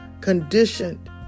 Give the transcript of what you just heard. conditioned